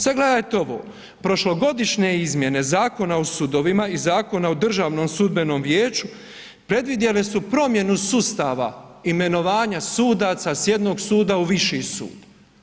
Sada gledajte ovo, prošlogodišnje izmjene Zakona o sudovima i Zakona o Državnom sudbenom vijeću predvidjele su promjenu sustava imenovanja sudaca s jednog suda u viši sud.